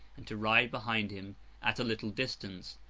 and to ride behind him at a little distance,